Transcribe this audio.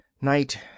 night